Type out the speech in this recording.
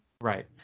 Right